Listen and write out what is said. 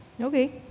Okay